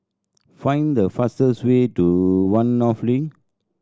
find the fastest way to One North Link